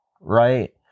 right